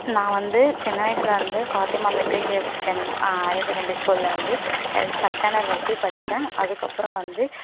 நான் வந்து சின்ன வயசில் வந்து ஃபாத்திமா மெட்ரிகுலேஷன் ஹயர் செகண்டரி ஸ்கூலில் வந்து ஹே ஃபஸ்ட் ஸ்டாண்டர்ட் வரைக்கும் படித்தேன் அதுக்கு அப்புறம் வந்து